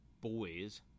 boys